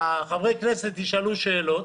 חברי הכנסת ישאלו שאלות,